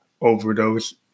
Overdose